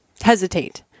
hesitate